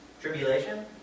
Tribulation